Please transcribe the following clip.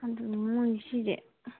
ꯑꯗꯨꯅꯤ ꯃꯈꯣꯏꯒꯤ ꯁꯤꯁꯦ